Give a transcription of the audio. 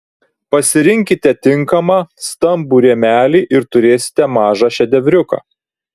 pasirinkite tinkamą stambų rėmelį ir turėsite mažą šedevriuką